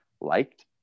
liked